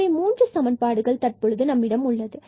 எனவே மூன்று சமன்பாடுகள் தற்பொழுது நம்மிடம் உள்ளது